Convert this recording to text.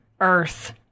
earth